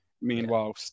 meanwhile